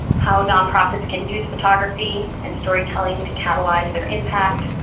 how nonprofits can use photography and storytelling to catalyze their impact,